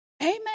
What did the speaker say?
Amen